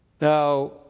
Now